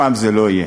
הפעם זה לא יהיה.